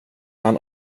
han